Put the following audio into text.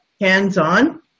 hands-on